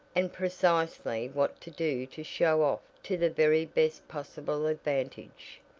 and precisely what to do to show off to the very best possible advantage.